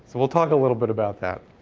so we'll talk a little bit about that.